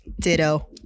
Ditto